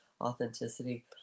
authenticity